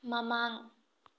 ꯃꯃꯥꯡ